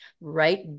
right